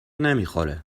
نمیخوره